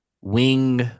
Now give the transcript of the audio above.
wing